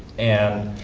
and